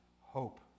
hope